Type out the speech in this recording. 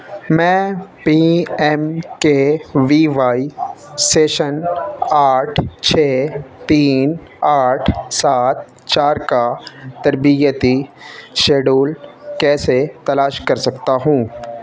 میں P M K V Y session آٹھ چھ تین آٹھ سات چار کا تربیتی شیڈول کیسے تلاش کر سکتا ہوں